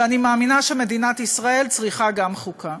ואני מאמינה שמדינת ישראל צריכה גם חוקה.